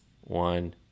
one